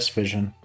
vision